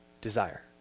desire